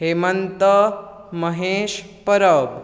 Hemant Mahesh Parab